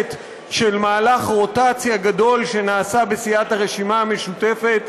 מהלך רוטציה גדול שנעשה בסיעת הרשימה המשותפת.